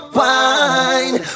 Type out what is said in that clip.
wine